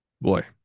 Boy